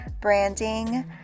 branding